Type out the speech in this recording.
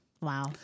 wow